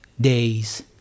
days